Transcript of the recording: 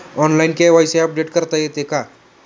Online KYC update करता येते का?